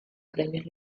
premios